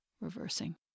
reversing